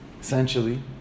Essentially